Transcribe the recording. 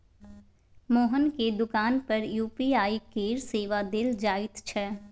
मोहनक दोकान पर यू.पी.आई केर सेवा देल जाइत छै